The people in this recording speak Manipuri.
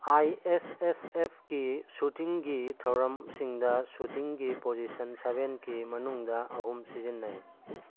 ꯑꯥꯏ ꯑꯦꯁ ꯑꯦꯁ ꯑꯦꯐꯀꯤ ꯁꯨꯇꯤꯡꯒꯤ ꯊꯧꯔꯝꯁꯤꯡꯗ ꯁꯨꯇꯤꯡꯒꯤ ꯄꯣꯖꯤꯁꯟ ꯁꯕꯦꯟ ꯀꯦ ꯃꯅꯨꯡꯗ ꯑꯍꯨꯝ ꯁꯤꯖꯤꯟꯅꯩ